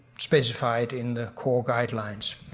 specified in the core guidelines.